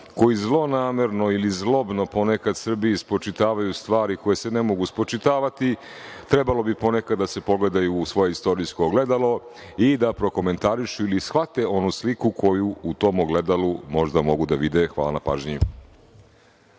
koji zlonamerno ili zlobno ponekad Srbiji spočitavaju stvari koje se ne mogu spočitavati trebalo bi ponekad da se pogledaju u svoje istorijsko ogledalo i da prokomentarišu ili shvate onu sliku koju u tom ogledalu možda mogu da vide. Hvala na pažnji.